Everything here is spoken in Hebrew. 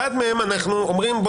אחד מהם אנו אומרי,